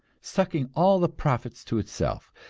sucking all the profits to itself,